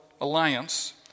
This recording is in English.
Alliance